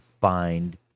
find